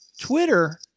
Twitter